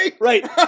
right